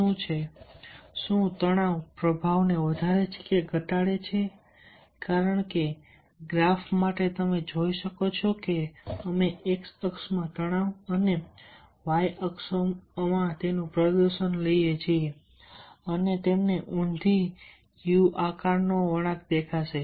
શું તણાવ પ્રભાવને વધારે છે કે ઘટાડે છે કારણ કે ગ્રાફ માટે તમે જોઈ શકો છો કે અમે X અક્ષમાં તણાવ અને Y અક્ષમાં પ્રદર્શન લઈએ છીએ અને તમને ઊંધી યુ આકારનો વળાંક દેખાશે